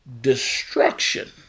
destruction